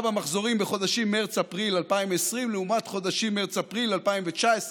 במחזורים בחודשים מרץ-אפריל 2020 לעומת חודשים מרץ-אפריל 2019,